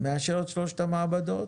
מאשר את שלושת המעבדות